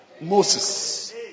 Moses